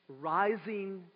rising